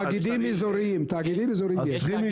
תאגידים אזוריים יש.